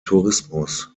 tourismus